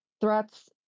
threats